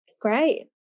Great